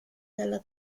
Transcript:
dalla